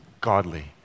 godly